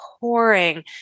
pouring